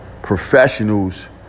professionals